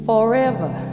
Forever